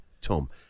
Tom